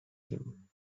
him